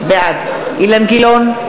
בעד אילן גילאון,